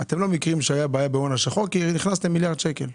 לא הייתה בעיה בהון השחור כי הכנסתם מיליארד שקל.